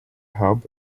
hub